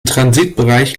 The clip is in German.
transitbereich